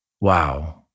Wow